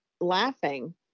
laughing